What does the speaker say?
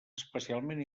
especialment